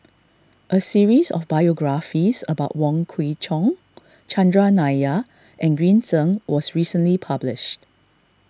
a series of biographies about Wong Kwei Cheong Chandran Nair and Green Zeng was recently published